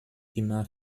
immer